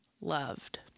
loved